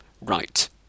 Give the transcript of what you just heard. Right